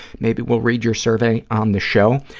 maybe we'll read your survey on the show.